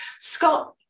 Scott